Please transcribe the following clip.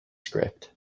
script